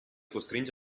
costringe